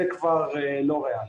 זה כבר לא ריאלי.